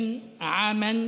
עודה,